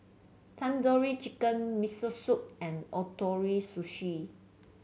Tandoori Chicken Miso Soup and Ootoro Sushi